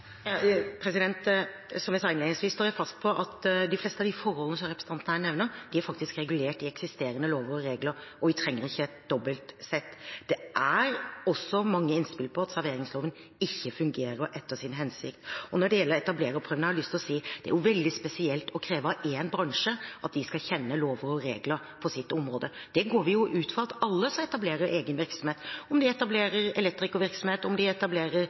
Som jeg sa innledningsvis, står jeg fast på at de fleste av forholdene som representanten her nevner, faktisk er regulert i eksisterende lover og regler, og vi trenger ikke et dobbelt sett. Det er også mange innspill på at serveringsloven ikke fungerer etter sin hensikt. Og når det gjelder etablererprøven, har jeg lyst til å si at det er veldig spesielt å kreve av én bransje at de skal kjenne lover og regler på sitt område. Det går vi jo ut fra at alle som etablerer egen virksomhet, kan – om de etablerer elektrikervirksomhet, om de etablerer